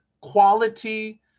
quality